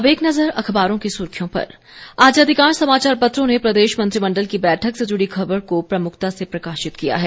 अब एक नजर अखबारों की सुर्खियों पर आज अधिकांश समाचार पत्रों ने प्रदेश मंत्रिमंडल की बैठक से जुड़ी खबर को प्रमुखता से प्रकाशित किया है